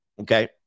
Okay